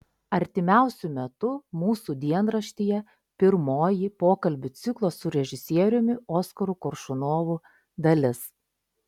artimiausiu metu mūsų dienraštyje pirmoji pokalbių ciklo su režisieriumi oskaru koršunovu dalis